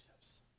Jesus